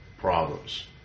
problems